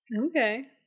Okay